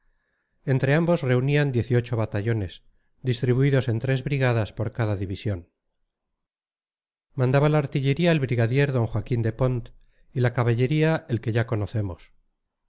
entre ambos reunían batallones distribuidos en tres brigadas por cada división mandaba la artillería el brigadier d joaquín de pont y la caballería el que ya conocemos